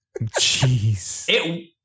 Jeez